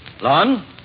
Lon